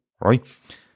right